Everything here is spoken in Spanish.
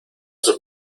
sus